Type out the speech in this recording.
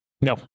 No